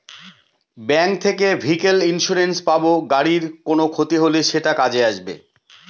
bank থেকে vehicle insurance পাব গাড়ির কোনো ক্ষতি হলে সেটা কাজে আসবে